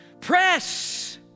Press